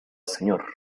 señor